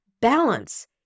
Balance